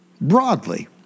broadly